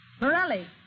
Morelli